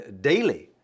daily